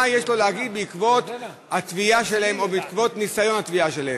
מה יש לו להגיד בעקבות התביעה שלהן או בעקבות ניסיון התביעה שלהן.